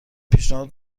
پیشنهاد